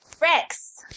Rex